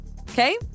Okay